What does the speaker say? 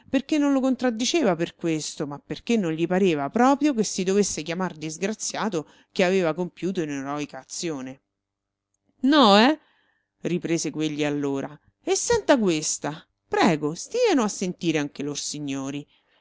perché non lo contraddiceva per questo ma perché non gli pareva proprio che si dovesse chiamar disgraziato chi aveva compiuto un'eroica azione no eh riprese quegli allora e senta questa prego stieno a sentire anche